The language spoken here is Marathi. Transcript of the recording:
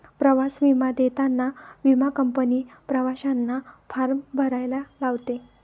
प्रवास विमा देताना विमा कंपनी प्रवाशांना फॉर्म भरायला लावते